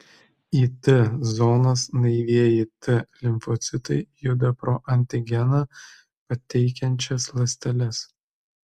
į t zonas naivieji t limfocitai juda pro antigeną pateikiančias ląsteles